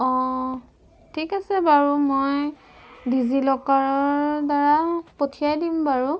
অঁ ঠিক আছে বাৰু মই ডিজি লকাৰৰ দ্বাৰা পঠিয়াই দিম বাৰু